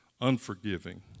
unforgiving